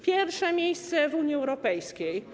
Pierwsze miejsce w Unii Europejskiej.